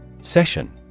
Session